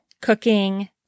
cooking